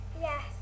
Yes